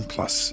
Plus